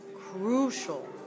crucial